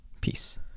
peace